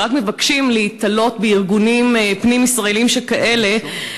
שרק מבקשים להיתלות בארגונים פנים-ישראליים שכאלה,